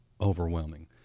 overwhelming